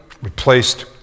replaced